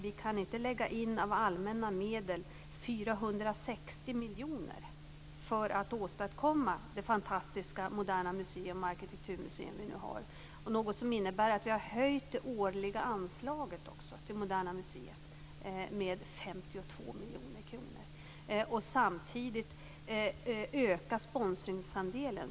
Vi kan inte lägga in 460 miljoner av allmänna medel, något som innebär ett höjt årligt anslag till Moderna museet med 52 miljoner kronor, för att åstadkomma det fantastiska moderna museum och arkitekturmuseum som vi nu har, och samtidigt öka sponsringsandelen.